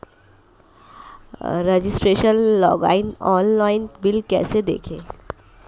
Registration login online bill कैसे देखें?